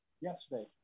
Yesterday